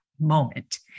moment